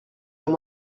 chez